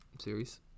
series